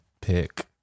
pick